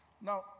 Now